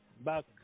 back